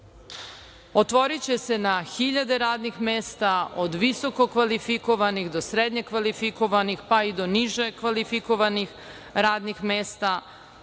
Otvoriće se na hiljade radnih mesta od visokokvalifikovanih, do srednje kvalifikovanih, pa i do niže kvalifikovanih radnih mesta,